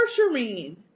Shireen